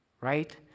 right